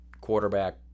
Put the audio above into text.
quarterback